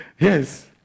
Yes